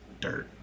dirt